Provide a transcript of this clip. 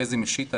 חזי משיטה,